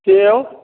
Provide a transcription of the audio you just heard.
सेव